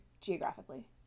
geographically